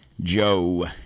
Joe